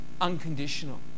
unconditional